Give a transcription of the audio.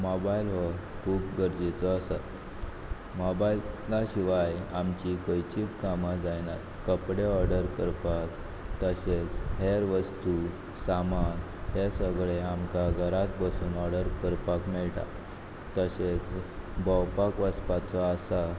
mobile हो खूब गरजेचो आसा मोबायला शिवाय आमची खंयचीच कामां जायनात कपडे ऑर्डर करपाक तशेंच हेर वस्तू सामान हें सगलें आमकां घरांत बसून ऑर्डर करपाक मेळटा तशेंच भोंवपाक वचपाचो आसा